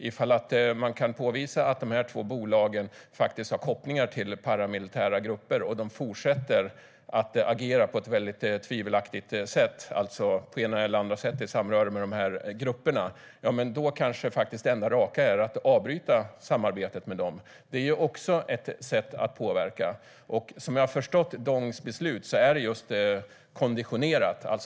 Ifall man kan påvisa att de två bolagen har kopplingar till paramilitära grupper och fortsätter att agera på ett väldigt tvivelaktigt sätt, det vill säga har samröre med dessa grupper på det ena eller andra sättet, är kanske det enda raka att avbryta samarbetet med dem. Det är också ett sätt att påverka. Som jag har förstått Dongs beslut är det konditionerat.